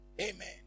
Amen